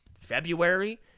February